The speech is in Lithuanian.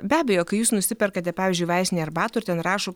be abejo kai jūs nusiperkate pavyzdžiui vaistinėj arbatų ir ten rašo